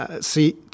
see